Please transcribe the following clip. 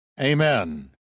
Amen